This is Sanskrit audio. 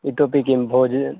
इतोपि किं भोजनं